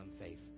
faith